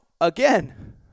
again